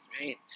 right